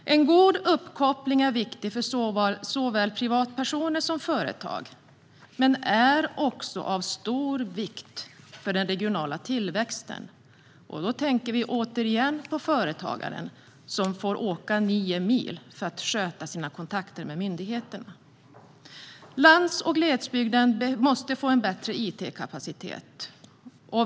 En god uppkoppling är viktig för såväl privatpersoner som företag men är också av stor vikt för den regionala tillväxten. Då tänker vi återigen på företagaren som får åka nio mil för att sköta sina kontakter med myndigheterna. Lands och glesbygden måste få en bättre it-kapacitet.